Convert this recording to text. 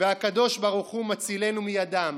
והקדוש ברוך הוא מצילנו מידם.